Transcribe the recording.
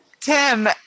Tim